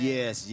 Yes